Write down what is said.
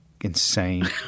insane